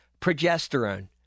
progesterone